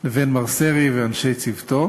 לבין מר סרי ואנשי צוותו.